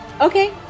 Okay